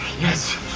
Yes